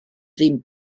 ddim